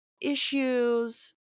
issues